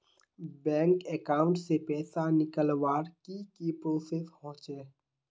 Bank account से पैसा निकालवर की की प्रोसेस होचे?